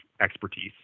expertise